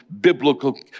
biblical